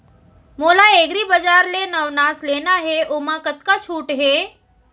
मोला एग्रीबजार ले नवनास लेना हे ओमा कतका छूट हे?